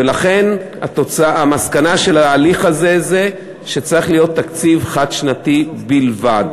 ולכן המסקנה של ההליך הזה היא שצריך להיות תקציב חד-שנתי בלבד.